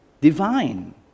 divine